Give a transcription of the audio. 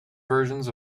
versions